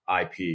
IP